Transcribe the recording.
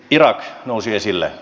irak nousi esille